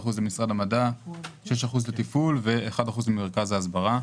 18% למשרד המדע, 6% לתפעול ו-1% למרכז ההסברה.